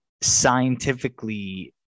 scientifically